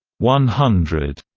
one hundred,